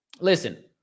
listen